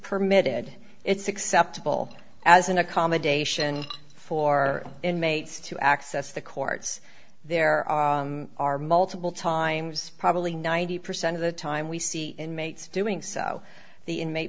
permitted it's acceptable as an accommodation for inmates to access the courts there are are multiple times probably ninety percent of the time we see inmates doing so the inma